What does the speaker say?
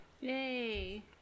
Yay